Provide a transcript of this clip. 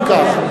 אם כך.